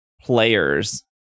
players